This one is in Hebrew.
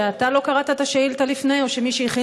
שאתה לא קראת את השאילתה לפני או שמי שהכין